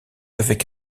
avec